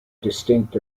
distinct